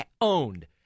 owned